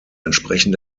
entsprechen